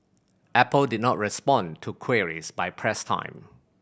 apple did not respond to queries by press time